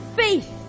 faith